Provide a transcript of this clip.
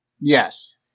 yes